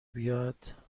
بیاد